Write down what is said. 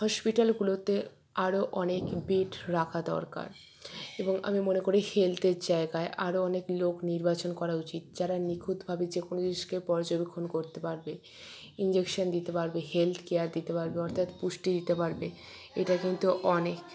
হসপিটালগুলোতে আরও অনেক বেড রাখা দরকার এবং আমি মনে করি হেলথের জায়গায় আরও অনেক লোক নির্বাচন করা উচিত যারা নিখুঁতভাবে যে কোনো জিনিসকে পর্যবেক্ষণ করতে পারবে ইঞ্জেকশন দিতে পারবে হেলথ কেয়ার দিতে পারবে অর্থাৎ পুষ্টি দিতে পারবে এটা কিন্তু অনেক